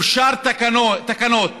אושרו תקנות